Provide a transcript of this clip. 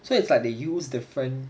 so it's like they use different